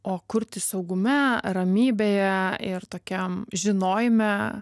o kurti saugume ramybėje ir tokiam žinojime